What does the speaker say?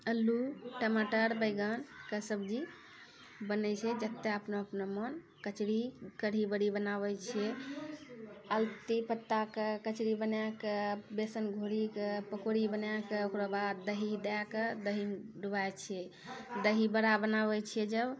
अल्लू टमाटर बैगन के सब्जी बनै छै जतए अपनो अपनो मन कचरी कढ़ी बड़ी बनाबै छियै आलती पत्ता के कचरी बनाए कऽ बेसन घोरी कऽ पकौड़ी बनाए कऽ ओकराबाद दही दए क दही मे डुबाए छियै दही बड़ा बनाबै छियै जब